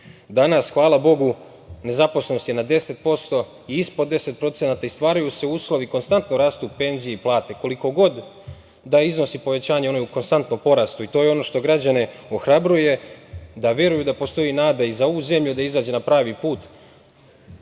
Danas, hvala Bogu, nezaposlenost je na 10% i ispod 10% i stvaraju se uslovi, konstantno rastu penzije i plate. Koliko god da iznosi povećanje ono je u konstantnom porastu i to je ono što građane ohrabruje da veruju da postoji nada i za ovu zemlju da izađe na pravi put.